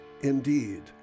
Indeed